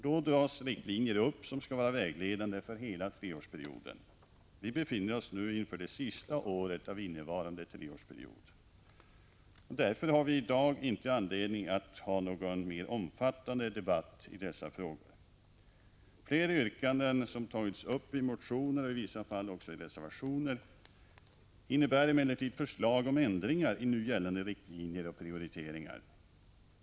Då dras riktlinjer upp som skall vara vägledande för hela treårsperioden. Vi befinner oss nu inför det sista året av innevarande treårsperiod. Därför har vi i dag inte anledning att ha någon mer omfattande debatt i dessa frågor. Flera yrkanden som tagits upp i motioner, och i vissa fall också i reservationer, innebär emellertid förslag om ändringar i nu gällande riktlinjer och prioriteringar.